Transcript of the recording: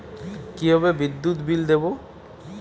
কিভাবে বিদ্যুৎ বিল দেবো?